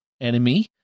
enemy